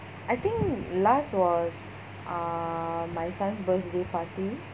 I think last was uh my son's birthday party